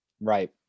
Right